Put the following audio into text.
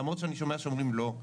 למרות שאני שומע שאומרים לא.